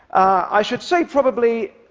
i should say, probably,